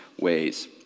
ways